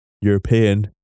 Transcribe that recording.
European